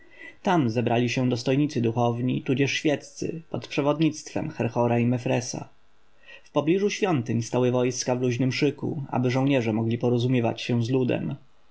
tam zebrali się dostojnicy duchowni tudzież świeccy pod przewodnictwem herhora i mefresa wpobliżu świątyń stały wojska w luźnym szyku aby żołnierze mogli porozumiewać się z ludem